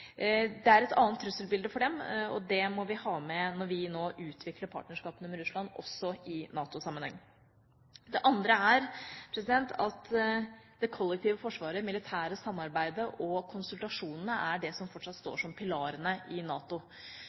Det er et annet trusselbilde for dem, og det må vi ha med når vi nå utvikler partnerskapene med Russland – også i NATO-sammenheng. Det andre er at det kollektive forsvaret, det militære samarbeidet og konsultasjonene er det som fortsatt står som pilarene i NATO,